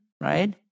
right